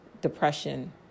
depression